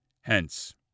Hence